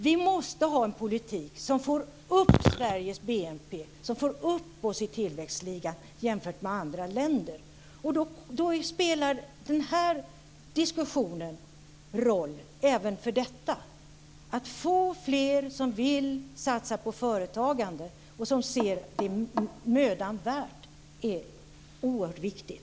Vi måste ha en politik som får upp Sveriges BNP och som får upp oss i tillväxtligan jämfört med andra länder. Då spelar den här diskussionen roll, även för detta. Att få fler som vill satsa på företagande och som ser det som mödan värt är oerhört viktigt.